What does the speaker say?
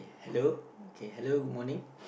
hello okay hello good morning